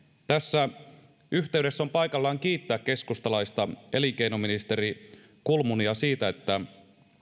tässä yhteydessä on paikallaan kiittää keskustalaista elinkeinoministeri kulmunia siitä että